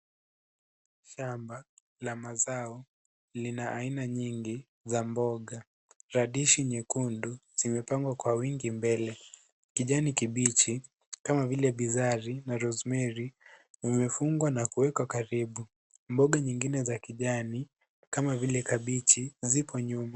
Shamba la mazao, lina aina nyingi ya mboga, radishi nyekundu zimepangwa kwa wingi mbele, kijani kibichi kama vile bizari na rosemary, vimefungwa na kuwekwa karibu. Mboga zingine za kijani kama vile kabichi zipo nyuma.